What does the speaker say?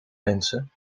mensen